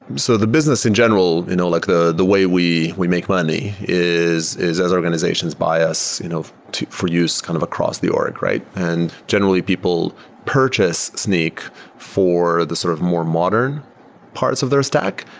so the business in general, you know like the the way we we make money, is is as organizations bias you know for use kind of across the org, right? and generally, people purchase snyk for the sort of more modern parts of their stack.